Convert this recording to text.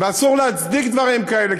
ואסור להצדיק דברים כאלה,